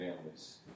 families